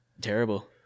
Terrible